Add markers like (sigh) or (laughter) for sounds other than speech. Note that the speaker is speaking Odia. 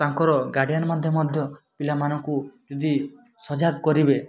ତାଙ୍କର ଗାର୍ଡ଼ିଆନ (unintelligible) ମଧ୍ୟ ପିଲାମାନଙ୍କୁ ଯଦି ସଜାଗ କରିବେ